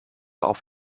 auf